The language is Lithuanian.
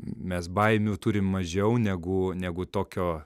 mes baimių turim mažiau negu negu tokio